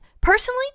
personally